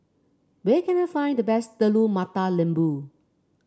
where can I find the best Telur Mata Lembu